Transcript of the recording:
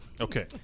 Okay